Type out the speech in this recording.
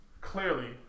Clearly